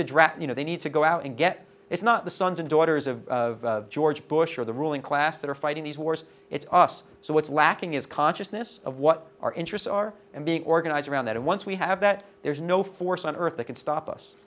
draft you know they need to go out and get it's not the sons and daughters of george bush are the ruling class that are fighting these wars it's us so what's lacking is consciousness of what our interests are and being organized around that and once we have that there's no force on earth that can stop us